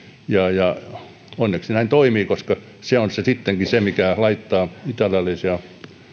ja ja onneksi se näin toimii koska se on sittenkin se mikä laittaa italialaisia